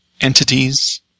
entities